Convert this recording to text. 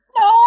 no